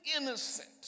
innocent